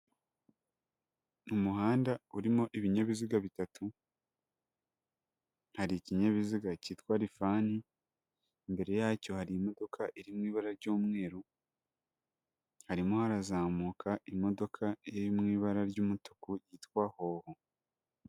Umuhanda urimo ibinyabiziga bitatu, hari ikinyabiziga cyitwa rifani, imbere yacyo hari imodoka iri mu ibara ry'umweru, harimo harazamuka imodoka iri mu ibara ry'umutuku yitwa howo.